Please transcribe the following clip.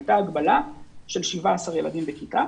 הייתה הגבלה של 17 ילדים בכיתה